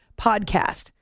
podcast